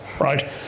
right